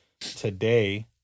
today